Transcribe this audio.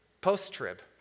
post-trib